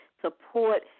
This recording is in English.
support